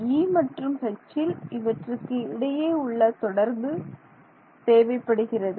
E மற்றும் Hல் இவற்றுக்கு இடையே உள்ள தொடர்பு தேவைப்படுகிறது